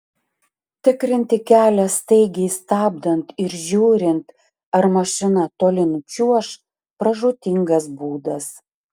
tikrinti kelią staigiai stabdant ir žiūrint ar mašina toli nučiuoš pražūtingas būdas